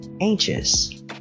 anxious